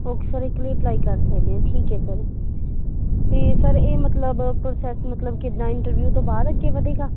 okay sir ਇੱਕ ਲਈ apply ਕਰ ਸਕਦੇ ਹੋ ਠੀਕ ਹੈ ਸਰ ਅਤੇ ਸਰ ਇਹ ਮਤਲਬ ਪ੍ਰੋਸੈਸ ਮਤਲਬ ਕਿੱਦਾਂ ਇੰਟਰਵਿਊ ਤੋਂ ਬਾਅਦ ਅੱਗੇ ਵਧੇਗਾ